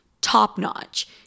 top-notch